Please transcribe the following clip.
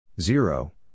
Zero